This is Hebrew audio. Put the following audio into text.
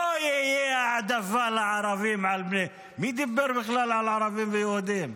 לא תהיה העדפה לערבים על פני מי דיבר בכלל על ערבים ויהודים?